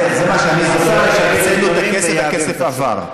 זה מה שאני זוכר, שהוצאנו את הכסף והכסף עבר.